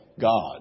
God